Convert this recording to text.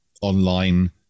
online